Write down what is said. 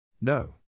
No